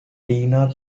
tina